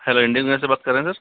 hello Indian gas से बात कर रहे हैं सर